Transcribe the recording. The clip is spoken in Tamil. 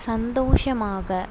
சந்தோஷமாக